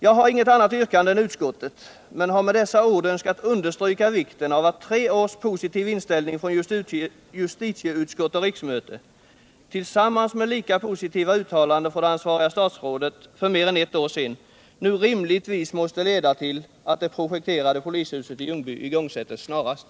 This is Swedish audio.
Jag har inget annat yrkande än utskottet, men jag har med dessa ord önskat understryka vikten av att tre års positiv inställning från justitieutskott och riksmöte — tillsammans med lika positiva uttalanden från det ansvariga statsrådet för mer än ett år sedan — nu rimligtvis måste leda till att arbetet med det projekterade polishuset i Ljungby igångsättes snarast.